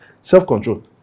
self-control